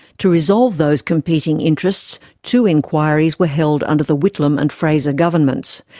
to resolve those competing interests, two inquiries were held under the whitlam and fraser governments.